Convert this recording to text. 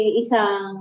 isang